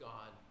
God